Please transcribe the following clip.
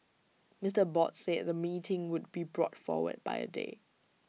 Mister Abbott said the meeting would be brought forward by A day